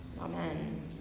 Amen